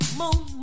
moon